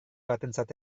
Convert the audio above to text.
batentzat